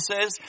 says